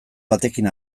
batekin